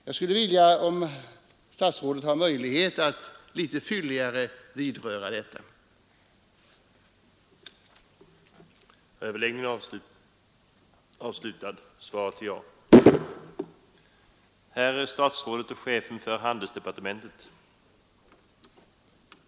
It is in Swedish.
Jag skulle vilja att statsrådet, om han har möjlighet, litet fylligare belyser detta problem.